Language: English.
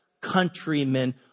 countrymen